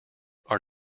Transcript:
are